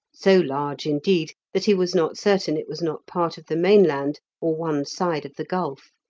so large, indeed, that he was not certain it was not part of the mainland or one side of the gulf.